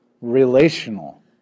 relational